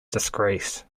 disgrace